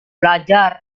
belajar